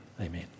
amen